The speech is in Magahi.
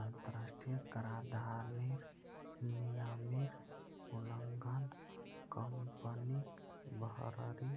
अंतरराष्ट्रीय कराधानेर नियमेर उल्लंघन कंपनीक भररी